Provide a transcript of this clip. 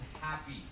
happy